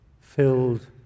filled